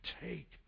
take